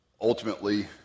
ultimately